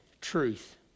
Truth